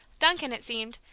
duncan, it seemed,